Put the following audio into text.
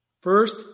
First